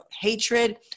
hatred